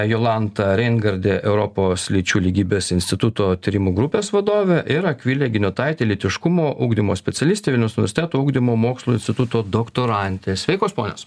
jolanta reingardė europos lyčių lygybės instituto tyrimų grupės vadovė ir akvilė giniotaitė lytiškumo ugdymo specialistė vilniaus universiteto ugdymo mokslų instituto doktorantė sveikos ponios